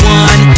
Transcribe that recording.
one